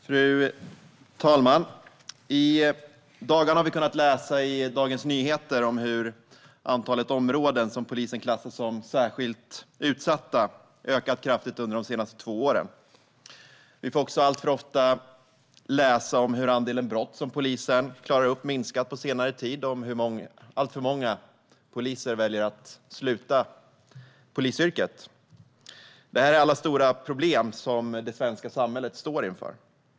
Fru talman! I dagarna har vi kunnat läsa i Dagens Nyheter om hur antalet områden som polisen klassar som särskilt utsatta har ökat kraftigt under de senaste två åren. Vi får också alltför ofta läsa om hur andelen brott som polisen klarar upp har minskat på senare tid och om hur alltför många poliser väljer att sluta i polisyrket. Allt detta är stora problem som det svenska samhället står inför.